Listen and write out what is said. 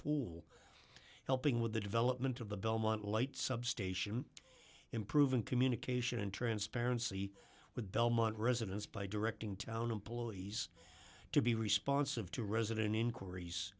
pool helping with the development of the belmont light substation improving communication and transparency with belmont residents by directing town employees to be responsive to resident inquiries